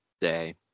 day